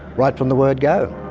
right from the word go.